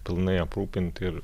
pilnai aprūpinti ir